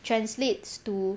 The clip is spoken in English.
translates to